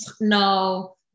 no